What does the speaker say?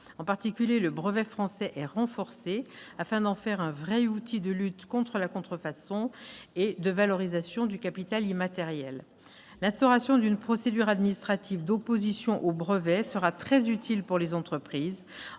En particulier, le brevet français est renforcé afin d'en faire un vrai outil de lutte contre la contrefaçon et de valorisation du capital immatériel. L'instauration d'une procédure administrative d'opposition aux brevets sera très utile pour les entreprises,